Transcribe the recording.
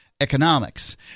economics